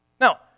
Now